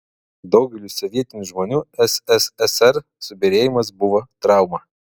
daugeliui sovietinių žmonių sssr subyrėjimas buvo trauma